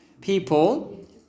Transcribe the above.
people